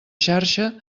xarxa